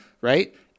right